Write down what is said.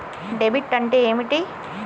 Debit అంటే ఏమిటి?